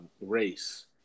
race